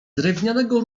drewnianego